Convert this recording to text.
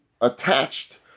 attached